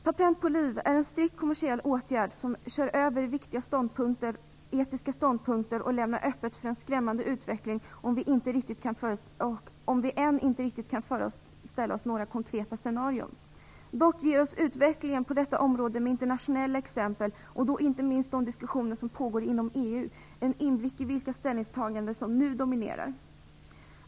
Patent på liv är en strikt kommersiell åtgärd som kör över viktiga etiska ståndpunkter och lämnar öppet för en skrämmande utveckling, om vi än inte riktigt kan föreställa oss några konkreta scenarion. Dock ger oss utvecklingen på detta område med internationella exempel, och då inte minst de diskussioner som pågår inom EU, en inblick i vilka ställningstaganden som nu dominerar.